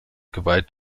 geweiht